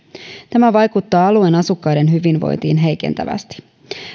tämä vaikuttaa alueen asukkaiden hyvinvointiin heikentävästi